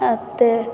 आब तऽ